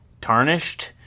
tarnished